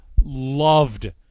loved